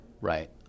right